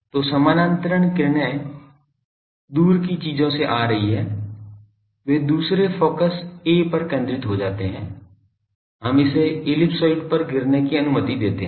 तो समानांतर किरणें दूर की चीजों से आ रही हैं वे दूसरे फोकस A पर केंद्रित हो जाते हैं हम इसे इलिप्सॉइड पर गिरने की अनुमति देते हैं